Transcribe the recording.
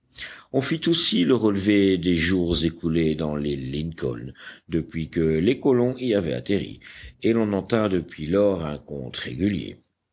on fit aussi le relevé des jours écoulés dans l'île lincoln depuis que les colons y avaient atterri et l'on en tint depuis lors un compte régulier